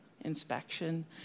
inspection